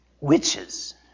Witches